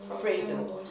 Freedom